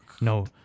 No